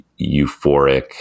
euphoric